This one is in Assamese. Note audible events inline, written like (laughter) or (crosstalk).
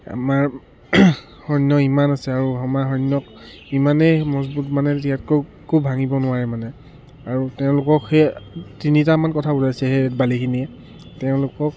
আমাৰ সৈন্য ইমান আছে আৰু আমাৰ সৈন্য ইমানেই মজবুত মানে (unintelligible) ভাঙিব নোৱাৰে মানে আৰু তেওঁলোকক সেই তিনিটামান কথা বুজাইছে সেই বালিখিনিয়ে তেওঁলোকক